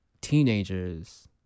teenagers